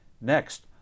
Next